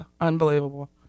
Unbelievable